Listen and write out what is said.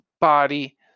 body